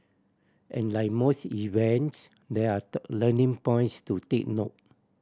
and like most events there are learning points to take note